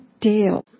Dale